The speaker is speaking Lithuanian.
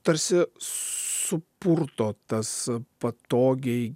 tarsi supurto tas patogiai